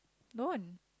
no